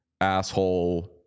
asshole